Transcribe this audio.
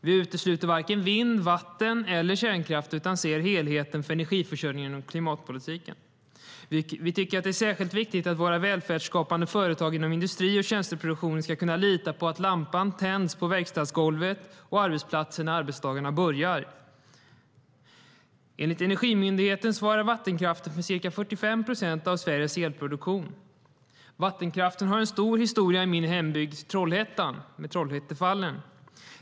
Vi utesluter varken vind, vatten eller kärnkraft utan ser till helheten för energiförsörjningen och klimatpolitiken. Enligt Energimyndigheten svarar vattenkraften för ca 45 procent av Sveriges elproduktion. Vattenkraften har med Trollhättefallen en stor historia i min hembygd Trollhättan.